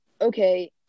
okay